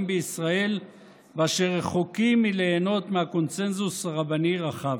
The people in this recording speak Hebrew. בישראל ואשר רחוקים מליהנות מקונסנזוס רבני רחב.